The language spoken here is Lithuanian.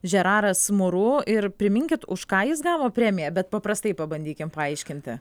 žeraras muru ir priminkit už ką jis gavo premiją bet paprastai pabandykim paaiškinti